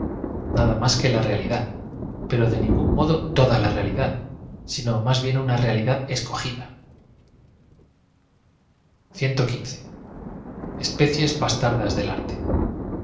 nada más que la realidad pero de ningún modo toda la realidad sino más bien una realidad escogida pecies bastardas del arte